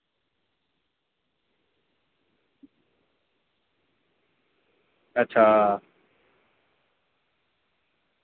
अच्छा